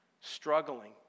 struggling